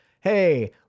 Hey